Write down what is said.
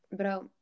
bro